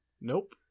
Nope